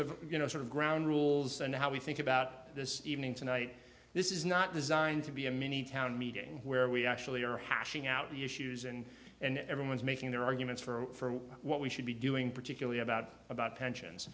of you know sort of ground rules and how we think about this evening tonight this is not designed to be a mini town meeting where we actually are hashing out the issues and and everyone's making their arguments for what we should be doing particularly about about pensions